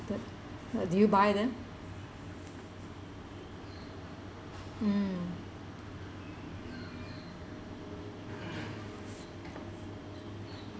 method uh did you buy them mm